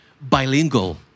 bilingual